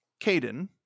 Caden